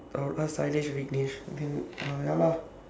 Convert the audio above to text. I will ask sainesh viknesh then ah ya lah